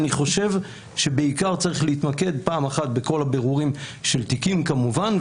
אני חושב שבעיקר צריך להתמקד פעם אחת בכל הבירורים של תיקים כמובן,